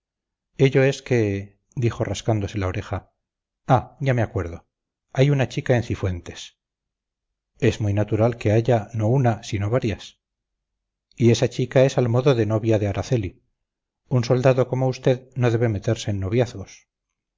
ello es que dijo rascándose la oreja ah ya me acuerdo hay una chica en cifuentes es muy natural que haya no una sino varias y esa chica es al modo de novia de araceli un soldado como usted no debe meterse en noviazgos